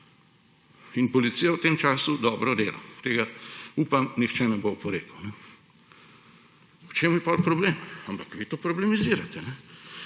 In policija v tem času dobro dela, tega upam, nihče ne bo oporekal. V čem je potem problem?! Ampak vi to problematizirate.